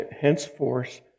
Henceforth